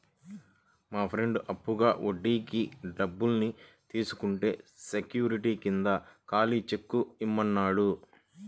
మా ఫ్రెండు అప్పుగా వడ్డీకి డబ్బుల్ని తీసుకుంటే శూరిటీ కింద ఖాళీ చెక్కుని ఇమ్మన్నాడు